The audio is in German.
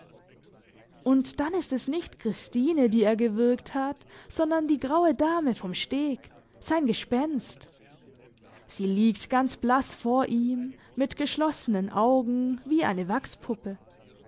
und dann ist es nicht christine die er gewürgt hat sondern die graue dame vom steg sein gespenst sie liegt ganz blass vor ihm mit geschlossenen augen wie eine